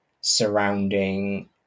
surrounding